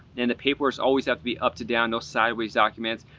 and the papers always have to be up to down, no sideways documents.